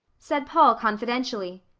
said paul confidentially.